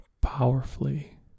powerfully